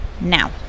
now